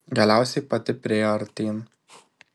galiausiai pati priėjo artyn